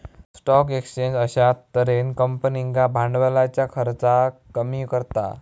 stock exchange अश्या तर्हेन कंपनींका भांडवलाच्या खर्चाक कमी करता